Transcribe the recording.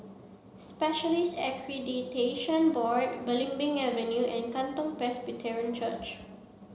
Specialists Accreditation Board Belimbing Avenue and Katong Presbyterian Church